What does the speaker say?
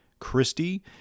Christie